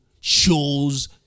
shows